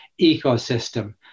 ecosystem